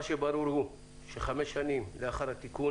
מה שברור הוא שחמש שנים לאחר התיקון